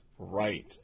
Right